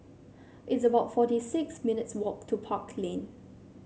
it's about forty six minutes' walk to Park Lane